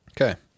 Okay